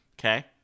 Okay